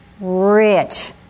rich